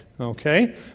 Okay